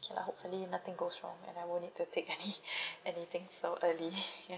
K lah hopefully nothing goes wrong and I won't need to take any any things so early ya